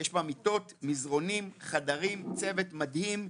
יש בה מיטות, מזרנים, חדרים, צוות מדהים.